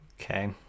Okay